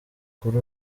kuri